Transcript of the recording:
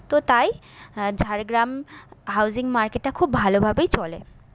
তো তাই ঝাড়গ্রাম হাউসিং মার্কেটটা খুব ভালোভাবেই চলে